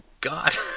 God